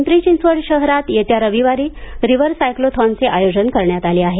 पिंपरी चिंचवड शहरात येत्या रविवारी रिव्हर सायक्लोथॉनचे आयोजन करण्यात आले आहे